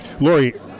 Lori